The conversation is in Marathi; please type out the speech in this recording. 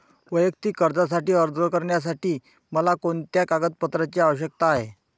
वैयक्तिक कर्जासाठी अर्ज करण्यासाठी मला कोणत्या कागदपत्रांची आवश्यकता आहे?